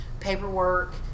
paperwork